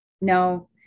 no